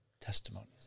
testimonies